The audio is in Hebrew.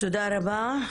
תודה רבה.